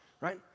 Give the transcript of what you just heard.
right